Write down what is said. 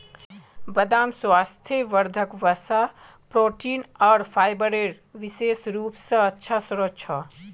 बदाम स्वास्थ्यवर्धक वसा, प्रोटीन आर फाइबरेर विशेष रूप स अच्छा स्रोत छ